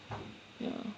so ya